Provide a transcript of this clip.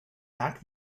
back